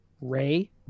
Ray